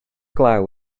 glaw